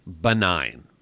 benign